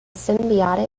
symbiotic